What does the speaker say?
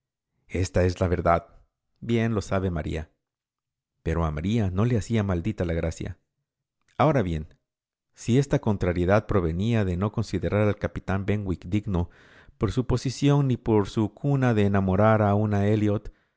esta es la verdad bien lo sabe maría pero a maría no le hacía maldita la gracia ahora bien si esta contrariedad provenía de no considerar al capitán benwick digno por su posición ni por su cuna de enamorar